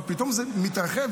אבל פתאום זה מתרחב,